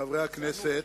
חברי הכנסת,